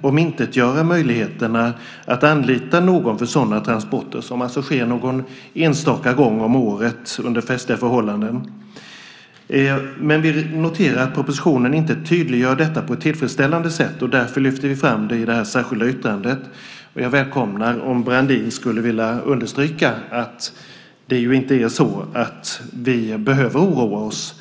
omintetgöra möjligheten att anlita någon för sådana transporter, som alltså sker någon enstaka gång om året under festliga förhållanden. Vi noterar dock att propositionen inte tydliggör detta på ett tillfredsställande sätt, och därför lyfter vi fram det i det särskilda yttrandet. Jag välkomnar om Brandin skulle vilja understryka att vi inte behöver oroa oss.